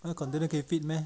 那个 container 可以 fit meh